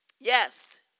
Yes